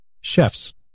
Chefs